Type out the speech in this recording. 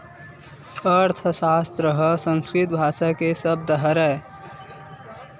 अर्थसास्त्र ह संस्कृत भासा के सब्द हरय